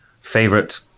Favorite